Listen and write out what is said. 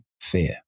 fear